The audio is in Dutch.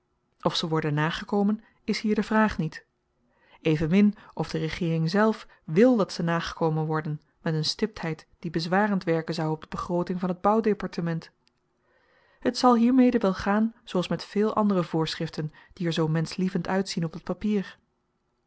of ze worden nagekomen is hier de vraag niet evenmin of de regeering zelf wil dat ze nagekomen worden met een stiptheid die bezwarend werken zou op de begrooting van t bouwdepartement het zal hiermede wel gaan zooals met veel andere voorschriften die er zoo menschlievend uitzien op t papier